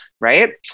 Right